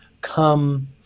come